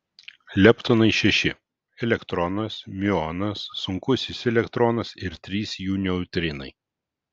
leptonai šeši elektronas miuonas sunkusis elektronas ir trys jų neutrinai